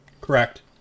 correct